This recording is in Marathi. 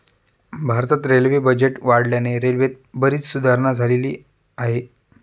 भारतात रेल्वे बजेट वाढल्याने रेल्वेत बरीच सुधारणा झालेली आहे